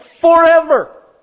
forever